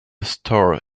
store